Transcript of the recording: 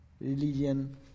religion